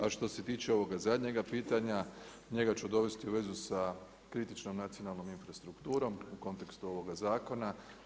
A što se tiče ovoga zadnjega pitanja, njega ću dovesti u vezu sa kritičnom nacionalnom infrastrukturom u kontekstu ovoga zakona.